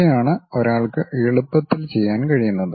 ഇവയാണ് ഒരാൾക്ക് എളുപ്പത്തിൽ ചെയ്യാൻ കഴിയുന്നത്